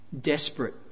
desperate